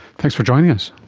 thanks for joining us.